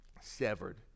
severed